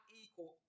equal